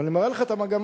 אבל אני מראה לך את המגמה.